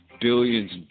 Billions